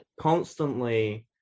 constantly